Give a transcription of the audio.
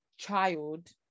child